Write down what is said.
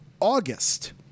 August